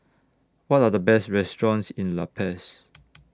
What Are The Best restaurants in La Paz